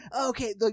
okay